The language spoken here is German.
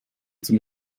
zum